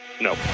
No